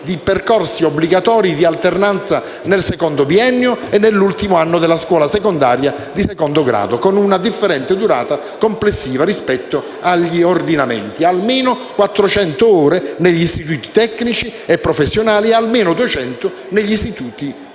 di percorsi obbligatori di alternanza nel secondo biennio e nell'ultimo anno della scuola secondaria di secondo grado, con una differente durata complessiva rispetto agli ordinamenti: almeno quattrocento ore negli istituti tecnici e professionali e almeno duecento ore nei licei.